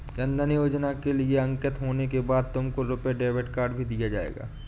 जन धन योजना के लिए अंकित होने के बाद तुमको रुपे डेबिट कार्ड भी दिया जाएगा